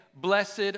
blessed